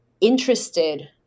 interested